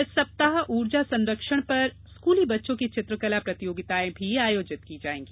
इस सप्ताह ऊर्जा संरक्षण पर स्कूली बच्चों की चित्रकला प्रतियोगिताएं भी आयोजित की जायेंगी